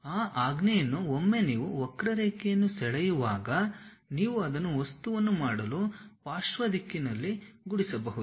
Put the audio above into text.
ಆ ಆಜ್ಞೆಯನ್ನು ಒಮ್ಮೆ ನೀವು ವಕ್ರರೇಖೆಯನ್ನು ಸೆಳೆಯುವಾಗ ನೀವು ಅದನ್ನು ವಸ್ತುವನ್ನು ಮಾಡಲು ಪಾರ್ಶ್ವ ದಿಕ್ಕಿನಲ್ಲಿ ಗುಡಿಸಬಹುದು